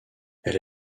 elle